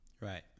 Right